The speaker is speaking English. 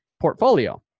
portfolio